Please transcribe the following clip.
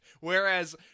Whereas